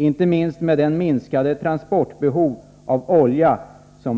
Inte minst det mins'cade transportbehovet när det gäller olja